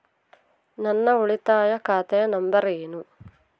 ನನ್ನ ಉಳಿತಾಯ ಖಾತೆ ನಂಬರ್ ಏನು?